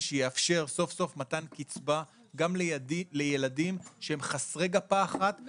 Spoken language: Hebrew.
שיאפשר סוף סוף מתן קצבה גם לילדים שהם חסרי גפה אחת או